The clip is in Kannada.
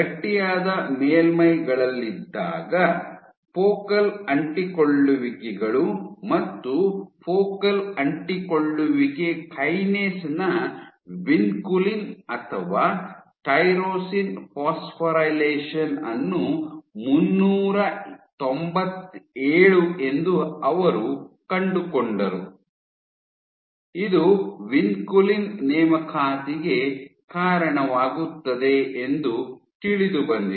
ಗಟ್ಟಿಯಾದ ಮೇಲ್ಮೈಗಳಲ್ಲಿದ್ದಾಗ ಫೋಕಲ್ ಅಂಟಿಕೊಳ್ಳುವಿಕೆಗಳು ಮತ್ತು ಫೋಕಲ್ ಅಂಟಿಕೊಳ್ಳುವಿಕೆ ಕೈನೇಸ್ ನ ವಿನ್ಕುಲಿನ್ ಅಥವಾ ಟೈರೋಸಿನ್ ಫಾಸ್ಫೊರಿಲೇಷನ್ ಅನ್ನು ಮುನ್ನೂರ ತೊಂಬತ್ತೇಳು ಎಂದು ಅವರು ಕಂಡುಕೊಂಡರು ಇದು ವಿನ್ಕುಲಿನ್ ನೇಮಕಾತಿಗೆ ಕಾರಣವಾಗುತ್ತದೆ ಎಂದು ತಿಳಿದುಬಂದಿದೆ